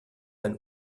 ein